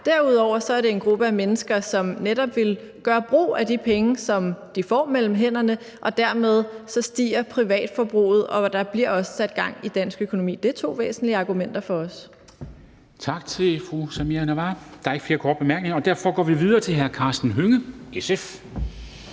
Derudover er det en gruppe af mennesker, som netop vil gøre brug af de penge, som de får mellem hænderne, og dermed stiger privatforbruget, og der bliver også sat gang i dansk økonomi. Det er to væsentlige argumenter for os.